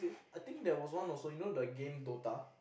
I think there was one also you know the game Dota